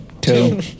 Two